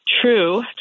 true